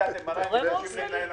בדיקת MRI הם נדרשים למנהל המחוז,